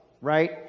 Right